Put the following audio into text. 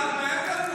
מה, את מאיימת עלינו?